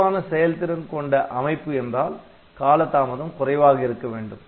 சிறப்பான செயல்திறன் கொண்ட அமைப்பு என்றால் காலதாமதம் குறைவாக இருக்க வேண்டும்